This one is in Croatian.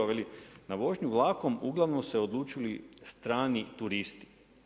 Veli na vožnju vlakom uglavnom su se odlučili strani turisti.